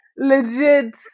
Legit